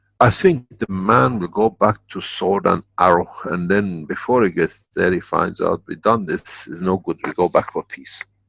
i think the man will go back to sword and arrow and then before he gets there, he finds out we done this, this is no good, we go back for peace.